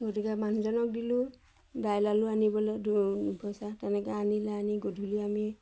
গতিকে মানুহজনক দিলোঁ দাইল আলু আনিবলৈ দু পইচা তেনেকৈ আনিলে আনি গধূলি আমি